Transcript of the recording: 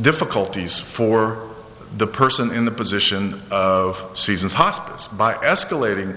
difficulties for the person in the position of seasons hospice by escalating